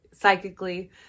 psychically